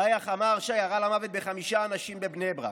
דיא חמארשה, שירה למוות בחמישה אנשים בבני ברק,